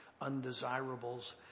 undesirables